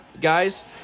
guys